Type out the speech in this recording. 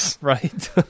right